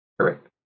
Correct